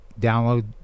download